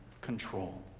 control